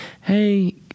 hey